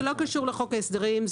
זה לא קשור לחוק ההסדרים,